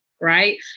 right